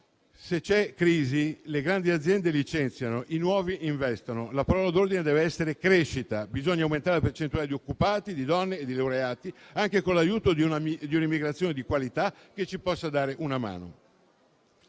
Se c'è crisi, le grandi aziende licenziano, le nuove investono. La parola d'ordine deve essere crescita. Bisogna aumentare la percentuale di occupati, di donne e di laureati, anche con l'aiuto di un'immigrazione di qualità che ci possa dare una mano.